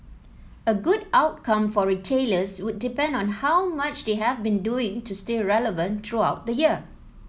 a good outcome for retailers will depend on how much they have been doing to stay relevant throughout the year